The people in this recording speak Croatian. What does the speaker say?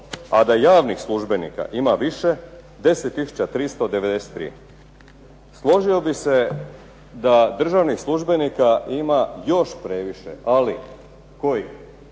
a da javnih službenika ima više 10 tisuća 393. Složio bih se da državnih službenika ima još previše, ali kojih,